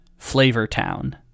Flavortown